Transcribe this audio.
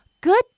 Good